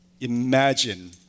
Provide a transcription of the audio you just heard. Imagine